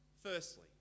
Firstly